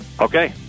Okay